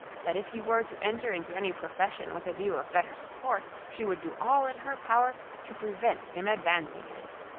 that if he were to enter into any profession with a view of better support, she would do all in her power to prevent him advancing in it.